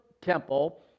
temple